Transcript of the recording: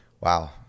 Wow